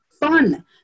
fun